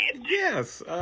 Yes